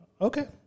Okay